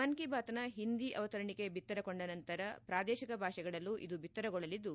ಮನ್ ಕಿ ಬಾತ್ ನ ಹಿಂದಿ ಅವತರಣಿಕೆ ಬಿತ್ತರಗೊಂಡ ನಂತರ ಪ್ರಾದೇಶಿಕ ಭಾಷೆಗಳಲ್ಲೂ ಇದು ಬಿತ್ತರಗೊಳ್ಳಲಿದ್ದು